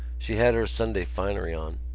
she had her sunday finery on.